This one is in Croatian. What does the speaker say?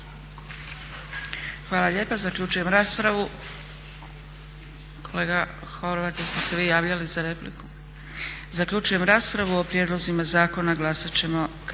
Hvala lijepa. Zaključujem raspravu. Kolega Horvat jeste se vi javljali za repliku? Zaključujem raspravu. O prijedlozima zakona glasat ćemo kasnije.